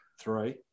three